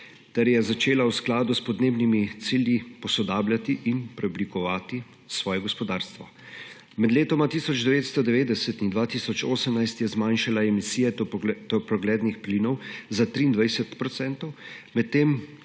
ter je začela v skladu s podnebnimi cilji posodabljati in preoblikovati svoje gospodarstvo. Med letoma 1990 in 2018 je zmanjšala emisije toplogrednih plinov za 23